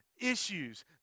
issues